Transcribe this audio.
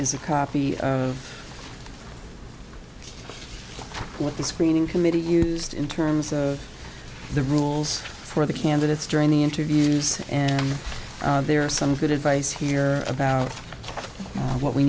is a copy of what the screening committee used in terms of the rules for the candidates during the interviews and there are some good advice here about what we